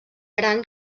gran